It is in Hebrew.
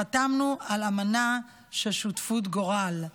חתמנו על אמנה של שותפות גורל.